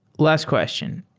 last question.